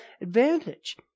advantage